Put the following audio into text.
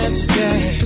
today